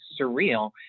surreal